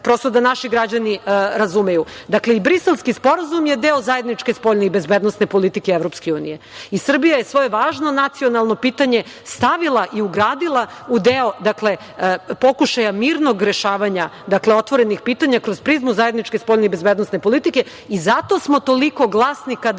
da naši građani razume. Dakle, i Briselski sporazum je deo zajedničke spoljne i bezbednosne politike EU. I Srbija je svoje važno nacionalno pitanje stavila i ugradila u deo pokušaja mirnog rešavanja otvorenih pitanja kroz prizmu zajedničke spoljne i bezbednosne politike. Zato smo toliko glasni kada